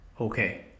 Okay